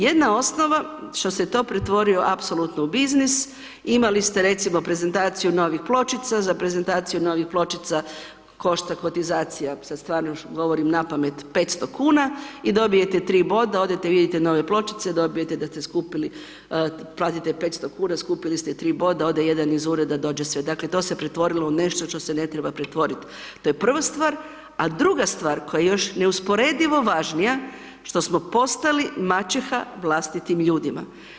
Jedan osnova što se to pretvorilo apsolutno u biznis, imali ste recimo prezentaciju novih pločica, za prezentaciju novih pločica košta kotizacija, sad stvarno govorim napamet 500 kuna i dobijete 3 boda, odete vidjeti nove pločice i dobije da ste skupili, platite 500 kuna skupili ste 3 boda, ode jedan iz ureda dođe …/nerazumljivo/… dakle to se pretvorilo u nešto što se ne treba pretvoriti, to je prva stvar, a druga stvar koja je još neusporedivo važnija, što smo postali maćeha vlastitim ljudima.